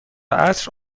عصر